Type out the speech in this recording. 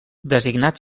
designat